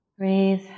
Breathe